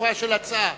של ההצעה?